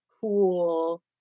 cool